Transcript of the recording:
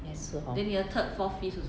也是 hor